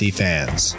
fans